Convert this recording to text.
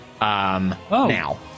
now